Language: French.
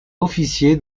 officier